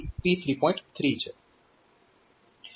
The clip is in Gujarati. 3 છે